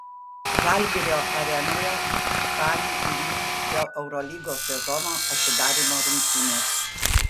žalgirio arenoje spalį įvyks šio eurolygos sezono atidarymo rungtynės